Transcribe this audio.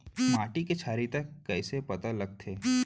माटी के क्षारीयता कइसे पता लगथे?